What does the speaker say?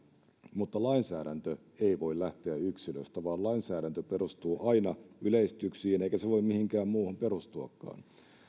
mutta lainsäädäntö ei voi lähteä yksilöstä vaan lainsäädäntö perustuu aina yleistyksiin eikä se voi mihinkään muuhun perustuakaan